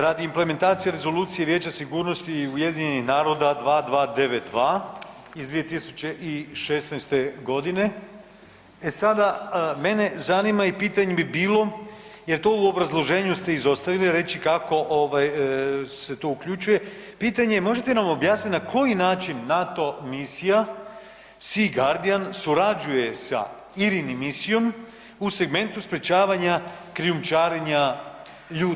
Radi implementacije Rezolucije Vijeća sigurnosti UN-a 2292 iz 2016. g., e sada, mene zanima i pitanje bi bilo, jer to u obrazloženju ste izostavili reći kako ovaj, se to uključuje, pitanje je, možete nam objasniti na koji način NATO misija Sea Guardian surađuje se IRINI misijom u segmentu sprječavanja krijumčarenja ljudima?